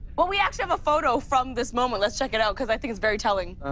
well, we actually have a photo from this moment. let's check it out, cause i think it's very telling.